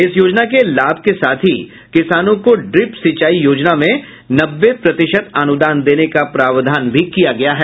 इस योजना के लाभ के साथ ही किसानों को ड्रिप सिंचाई योजना में नब्बे प्रतिशत अनुदान देने का भी प्रावधान किया गया है